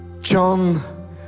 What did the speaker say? John